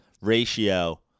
ratio